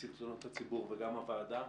ונציב תלונות הציבור וגם הוועדה